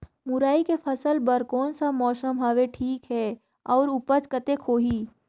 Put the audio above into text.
मुरई के फसल बर कोन सा मौसम हवे ठीक हे अउर ऊपज कतेक होही?